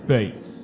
Space